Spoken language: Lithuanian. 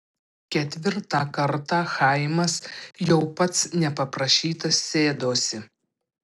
ketvirtą kartą chaimas jau pats nepaprašytas sėdosi